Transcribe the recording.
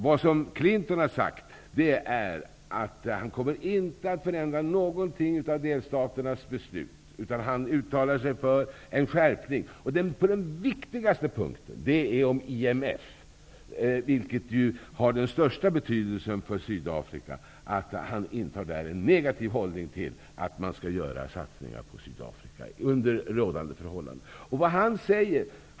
Bill Clinton har sagt att han inte kommer att ändra på någon av delstaternas beslut. Han uttalar sig för en skärpning. Den viktigaste punkten gäller frågan om IMF, vilket har den största betydelsen för Sydafrika. Han intar där en negativ hållning till att göra satsningar på Sydafrika under rådande förhållanden.